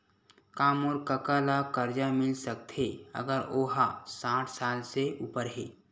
का मोर कका ला कर्जा मिल सकथे अगर ओ हा साठ साल से उपर हे?